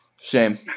Shame